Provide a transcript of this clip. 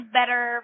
better